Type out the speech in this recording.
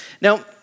Now